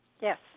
Yes